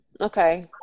Okay